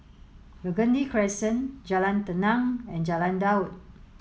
Burgundy Crescent Jalan Tenang and Jalan Daud